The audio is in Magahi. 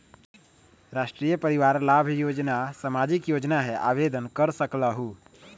राष्ट्रीय परिवार लाभ योजना सामाजिक योजना है आवेदन कर सकलहु?